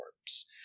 forms